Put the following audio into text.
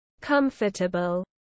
comfortable